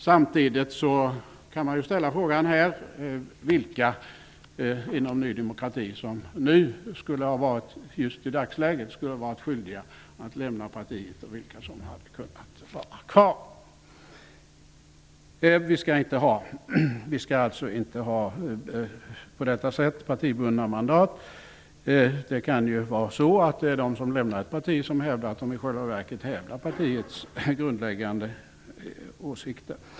Samtidigt kan frågan ställas vilka personer inom Ny demokrati som just i dagsläget skulle ha varit skyldiga att lämna partiet och vilka som hade kunnat vara kvar. Vi skall alltså inte ha partibundna mandat på detta sätt. Det kan ju vara så att det är de som lämnar ett parti som hävdar att de i själva verket företräder partiets grundläggande åsikter.